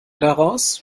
daraus